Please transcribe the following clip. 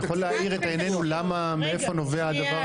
אתה יכול להאיר את עינינו מאיפה נובע הדבר הזה?